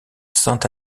saint